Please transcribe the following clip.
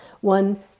one